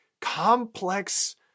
complex